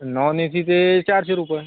non A सीचे चारशे रुपये